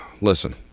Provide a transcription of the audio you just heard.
Listen